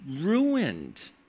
ruined